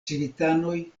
civitanoj